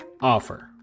offer